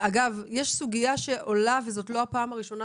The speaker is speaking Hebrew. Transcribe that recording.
ישנה סוגיה שעולה לא פעם ראשונה,